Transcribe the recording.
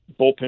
bullpen